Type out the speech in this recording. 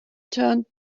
turned